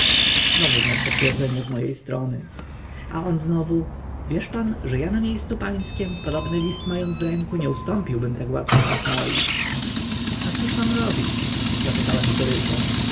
nowy znak potwierdzenia z mo e strony a on znowu wiesz pan że a na mie scu pańskim podobny list ma ąc w ręku nie ustąpiłbym tak łatwo praw moich a cóż mam robić zapytałem z goryczą